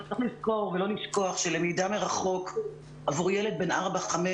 צריך לזכור ולא לשכוח שלמידה מרחוק עבור ילד בן ארבע-חמש